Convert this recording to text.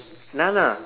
nana